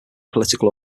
political